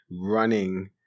running